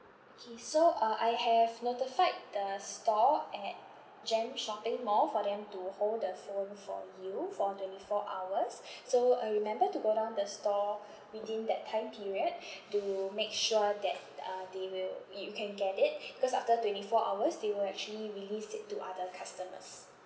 okay so uh I have notified the store at jem shopping mall for them to hold the phone for you for twenty four hours so uh remember to go down the store within that time period to make sure that uh they will you you can get it cause after twenty four hours they will actually release it to other customers